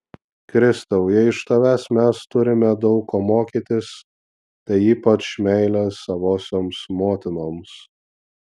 kristau jei iš tavęs mes turime daug ko mokytis tai ypač meilės savosioms motinoms